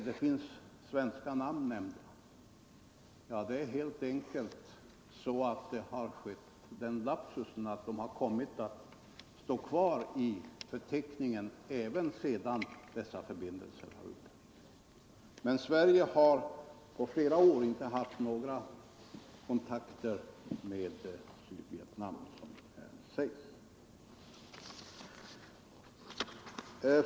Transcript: Den lapsusen har skett, helt enkelt, att namnen kommit att stå kvar i förteckningen även sedan dessa förbindelser upphört, men Sverige har inte på flera år haft några kontakter med Sydvietnam, såsom det anförs i betänkandet.